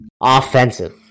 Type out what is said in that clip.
offensive